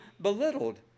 belittled